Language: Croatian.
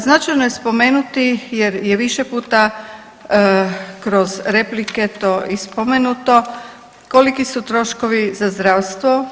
Značajno je spomenuti jer je više puta kroz replike to i spomenuto koliki su troškovi za zdravstvo.